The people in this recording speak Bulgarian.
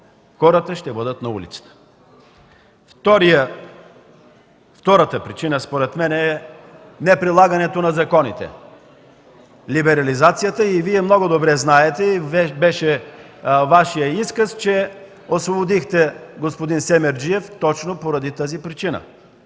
хората ще бъдат на улицата. Втората причина според мен е неприлагането на законите, либерализацията. Вие много добре знаете и Вашият изказ беше, че освободихте господин Семерджиев точно по тази причина